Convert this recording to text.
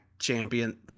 champion